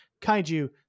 Kaiju